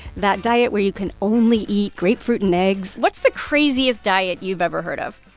that diet where you can only eat grapefruit and eggs what's the craziest diet you've ever heard of?